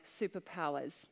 superpowers